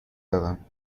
دارم